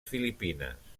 filipines